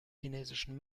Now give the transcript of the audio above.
chinesischen